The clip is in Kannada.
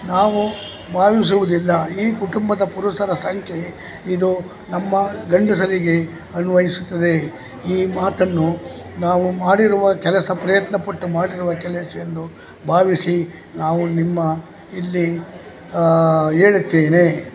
ನಾವು ಭಾವಿಸುವುದಿಲ್ಲ ಈ ಕುಟುಂಬದ ಪುರುಷರ ಸಂಖ್ಯೆ ಇದು ನಮ್ಮ ಗಂಡಸರಿಗೆ ಅನ್ವಯಿಸುತ್ತದೆ ಈ ಮಾತನ್ನು ನಾವು ಮಾಡಿರುವ ಕೆಲಸ ಪ್ರಯತ್ನಪಟ್ಟು ಮಾಡಿರುವ ಕೆಲಸ ಎಂದು ಭಾವಿಸಿ ನಾವು ನಿಮ್ಮ ಇಲ್ಲಿ ಹೇಳುತ್ತೇನೆ